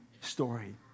story